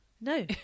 No